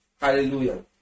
Hallelujah